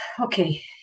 Okay